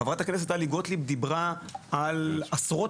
חברת הכנסת טלי גוטליב דיברה על עשרות